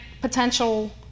potential